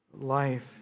life